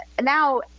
now